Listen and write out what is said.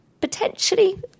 potentially